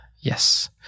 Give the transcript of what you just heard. Yes